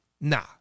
Nah